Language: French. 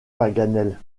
paganel